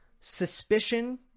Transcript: suspicion